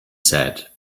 said